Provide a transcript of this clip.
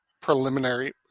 preliminary